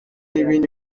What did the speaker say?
n’ibindi